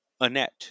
Annette